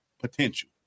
potential